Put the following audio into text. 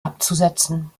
abzusetzen